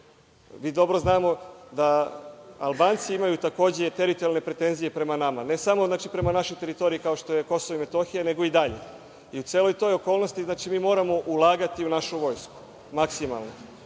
Dobro znamo da Albanci imaju takođe teritorijalne pretenzije prema nama, ne samo prema našoj teritoriji, kao što je KiM, nego i dalje. U celoj toj okolnosti mi moramo ulagati u našu vojsku, maksimalno. Hteo